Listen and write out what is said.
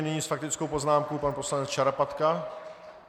Nyní s faktickou poznámkou pan poslanec Šarapatka.